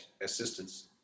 assistance